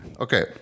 okay